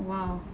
!wow!